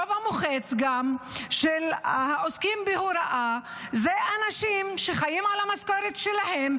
הרוב המוחץ של העוסקים בהוראה הם אנשים שחיים על המשכורת שלהם,